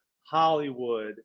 Hollywood